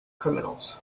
criminals